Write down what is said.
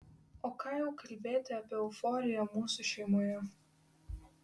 o ką jau kalbėti apie euforiją mūsų šeimoje